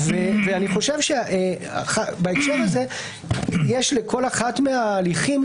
ובהקשר הזה יש לכל אחד מההליכים,